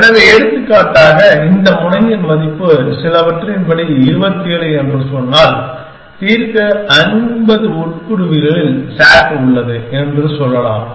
எனவே எடுத்துக்காட்டாக இந்த முனையின் மதிப்பு சிலவற்றின் படி 27 என்று சொன்னால் தீர்க்க 50 உட்பிரிவுகளில் S A T உள்ளது என்று சொல்லலாம்